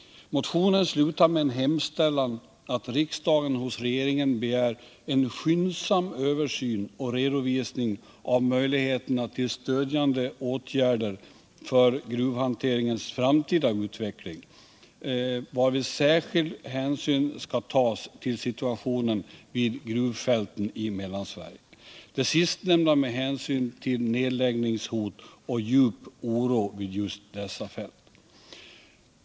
Motionen slutar med en hemställan att riksdagen hos regeringen begär en skyndsam översyn och redovisning av möjligheterna till stödjande åtgärder för gruvhanteringens framtida utveckling, varvid särskild hänsyn skall tas till situationen vid gruvfälten i Mellansverige, det sistnämnda med hänsyn till nedläggningshot och djup oro vid just dessa fält.